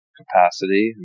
capacity